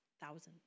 thousands